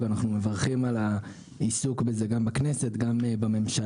ואנחנו מברכים על העיסוק בזה גם בכנסת, גם בממשלה.